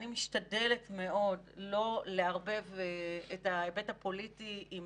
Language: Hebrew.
אני משתדלת מאוד לא לערבב את ההיבט הפוליטי עם